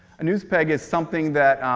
a news peg is something that